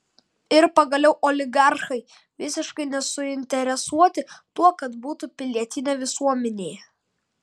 ir pagaliau oligarchai visiškai nesuinteresuoti tuo kad būtų pilietinė visuomenė